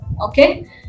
Okay